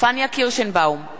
פניה קירשנבאום,